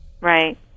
Right